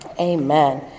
Amen